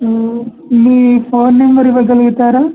me phone number ఇవ్వగలుగుతారా